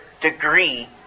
degree